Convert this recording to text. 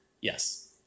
Yes